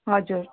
हजुर